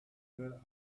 were